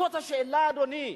זאת השאלה, אדוני.